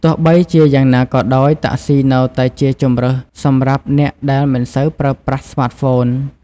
ទោះបីជាយ៉ាងណាក៏ដោយ តាក់ស៊ីនៅតែជាជម្រើសសម្រាប់អ្នកដែលមិនសូវប្រើប្រាស់ស្មាតហ្វូន។